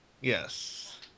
Yes